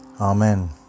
Amen